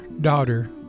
Daughter